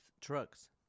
trucks